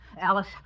Alice